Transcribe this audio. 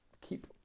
keep